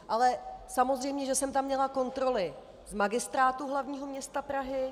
Ale samozřejmě, že jsem tam měla kontroly z Magistrátu hlavního města Prahy.